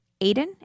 Aiden